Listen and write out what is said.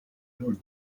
ever